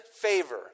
favor